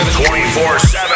24-7